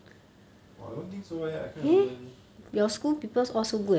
!wah! I don't think so leh I cannot remember leh